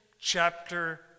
Chapter